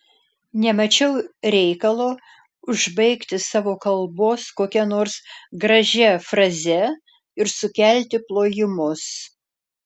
nemačiau reikalo užbaigti savo kalbos kokia nors gražia fraze ir sukelti plojimus